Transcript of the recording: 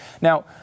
Now